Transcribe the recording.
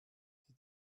die